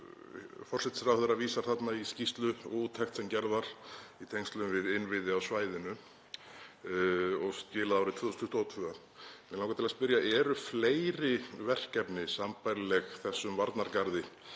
vísar þarna í skýrslu, í úttekt sem gerð var í tengslum við innviði á svæðinu og skilað var árið 2022. Mig langar til að spyrja: Eru fleiri verkefni sambærileg þessum varnargarði